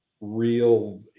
real